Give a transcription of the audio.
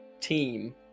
team